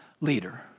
leader